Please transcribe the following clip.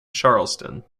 charleston